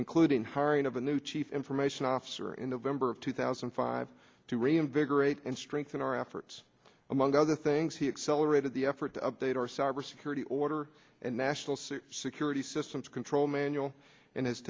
including hiring of a new chief information officer in of ember of two thousand and five to reinvigorate and strengthen our efforts among other things he accelerated the effort to update our cyber security order and national city security systems control manual and has